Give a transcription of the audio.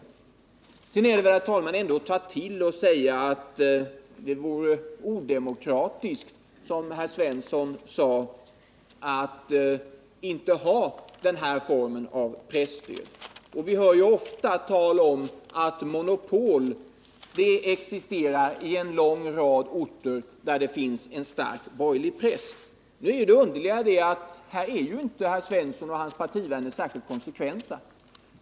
Det är väl vidare, herr talman, att ta till att säga att det vore odemokratiskt att inte tillämpa den aktuella formen av presstöd, som herr Svensson sade. Vi hör ofta sägas att monopol existerar på en lång rad orter där det finns en stark borgerlig press. Men det underliga är att herr Svensson och hans partivänner inte är särskilt konsekventa.